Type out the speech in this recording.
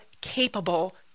capable